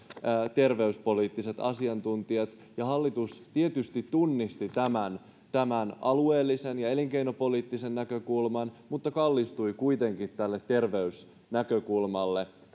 terveyspoliittiset asiantuntijat hallitus tietysti tunnisti tämän tämän alueellisen ja elinkeinopoliittisen näkökulman mutta kallistui kuitenkin tälle terveysnäkökulmalle